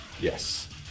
Yes